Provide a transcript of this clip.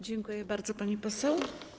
Dziękuję bardzo, pani poseł.